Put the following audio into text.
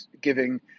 giving